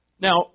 now